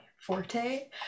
forte